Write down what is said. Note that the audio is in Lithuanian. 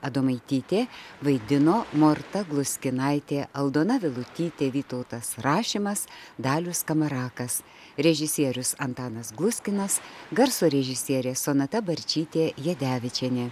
adomaitytė vaidino morta gluskinaitė aldona vilutytė vytautas rašimas dalius skamarakas režisierius antanas gluskinas garso režisierė sonata barčytė jadevičienė